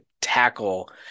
tackle